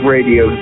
Radio